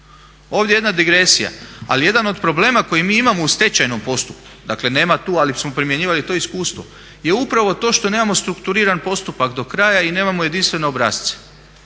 Ovdje jedna digresija, ali jedan od problema koji mi imamo u stečajnom postupku, dakle nema tu ali smo primjenjivali to iskustvo je upravo to što nemamo strukturiran postupak do kraja i nemamo jedinstvene obrasce.